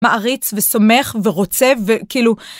מעריץ, וסומך, ורוצה, וכאילו...